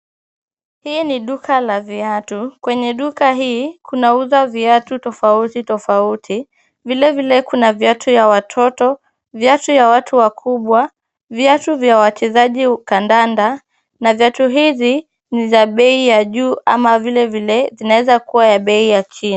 Hii ni duka la viatu, kwenye duka hii kunauzwa viatu tofauti tofauti, vile vile kuna viatu ya watoto, viatu ya watu wakubwa, viatu vya wachezaji kandanda na viatu hivi ni za bei ya juu ama vile vile zinaeza kuwa ya bei ya chini.